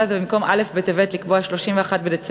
הזה: במקום א' בטבת לקבוע 31 בדצמבר.